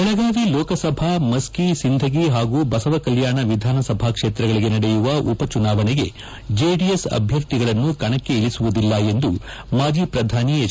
ಬೆಳಗಾವಿ ಲೋಕಸಭಾ ಮಸ್ಕಿ ಸಿಂಧಗಿ ಹಾಗೂ ಬಸವ ಕಲ್ಯಾಣ ವಿಧಾನಸಭಾ ಕ್ಷೇತ್ರಗಳಿಗೆ ನಡೆಯುವ ಉಪ ಚುನಾವಣೆಗೆ ಜೆಡಿಎಸ್ ಅಭ್ಯರ್ಥಿಗಳನ್ನು ಕಣಕ್ಕೆ ಇಳಿಸುವುದಿಲ್ಲ ಎಂದು ಮಾಜಿ ಪ್ರಧಾನಿ ಹೆಚ್